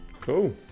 Cool